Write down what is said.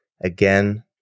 again